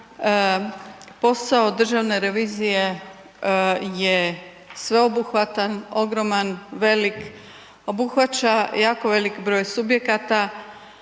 posao Državne revizije sveobuhvatan, ogroman, velik, obuhvaća jako velik broj subjekata